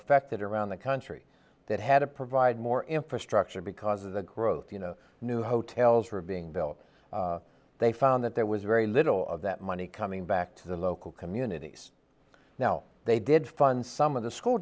affected around the country that had to provide more infrastructure because of the growth you know new hotels were being built they found that there was very little of that money coming back to the local communities now they did fund some of the school